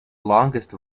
longest